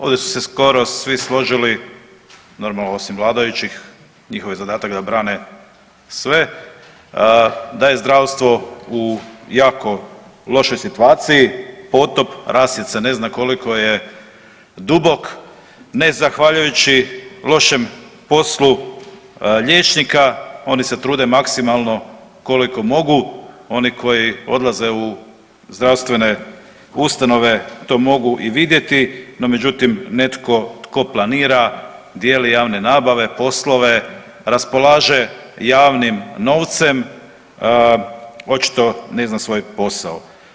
Ovdje su se skoro svi složili normalno osim vladajućih, njihov je zadatak da brane sve, da je zdravstvo u jako lošoj situaciji, potop, rasjed se ne zna koliko je dubok, ne zahvaljujući lošem poslu liječnika, oni se trude maksimalno koliko mogu, oni koji odlaze u zdravstvene ustanove to mogu i vidjeti, no međutim netko tko planira, dijeli javne nabave, poslove, raspolaže javnim novcem očito ne zna svoj posao.